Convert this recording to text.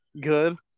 good